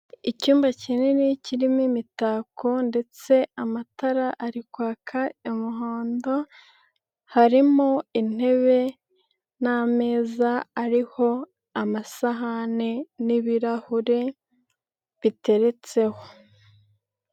Icyumba kinini kirimo imitako ndetse amatara ari kwaka umuhondo, harimo intebe n'ameza ariho amasahane n'ibirahure biteretseho.